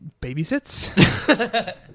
Babysits